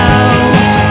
out